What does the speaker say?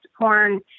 porn